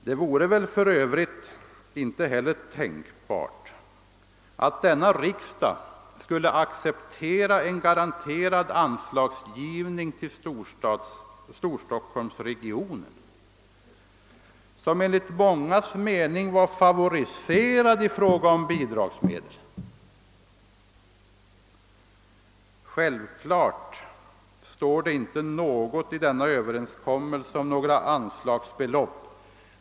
Det vore väl för övrigt inte heller tänkbart att denna riksdag skulle acceptera en garanterad anslagsgivning till Storstockholmsregionen, som =: enligt mångas mening var favoriserad i fråga om bidragsmedel. Självfallet står det inte något i denna överenskommelse om några anslagsbelopp.